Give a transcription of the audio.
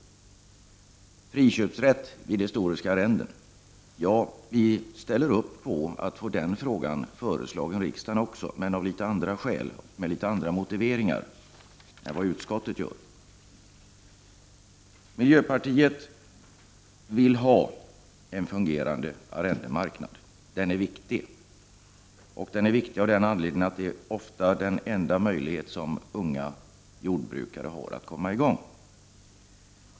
När det sedan gäller friköpsrätt vid historiska arrenden ställer sig miljöpartiet bakom att regeringen skall komma med ett lagförslag till riksdagen, men med en något annan motivering än den utskottet anför. Miljöpartiet vill ha en fungerande arrendemarknad. Den är viktig av den anledningen att ett arrende ofta är den enda möjligheten som unga jordbrukare har att komma i gång.